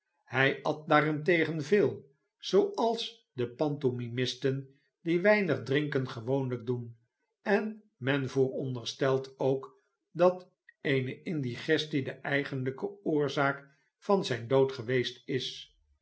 hij at daarentegen veel zooals de pantomimisten die weinig drinken gewoonlijk doen en men vooronderstelt ook dat eene indigestie de eigenlijke oorzaak van zijn dood geweest is